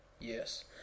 Yes